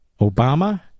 Obama